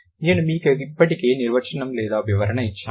నేను మీకు ఇప్పటికే నిర్వచనం లేదా వివరణ ఇచ్చాను